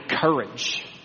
courage